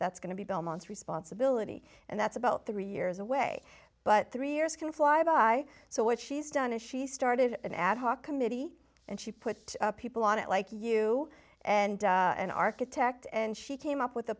that's going to be belmont responsibility and that's about three years away but three years can fly by so what she's done is she started an ad hoc committee and she put people on it like you and an architect and she came up with a